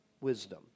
wisdom